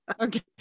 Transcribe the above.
Okay